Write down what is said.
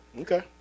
Okay